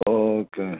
okay